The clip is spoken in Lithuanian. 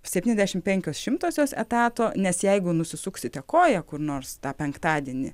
septyniasdešim penkios šimtosios etato nes jeigu nusisuksite koją kur nors tą penktadienį